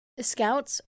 scouts